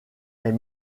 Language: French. est